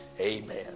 amen